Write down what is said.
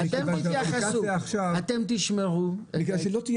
למי שאין